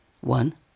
One